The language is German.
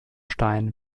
stein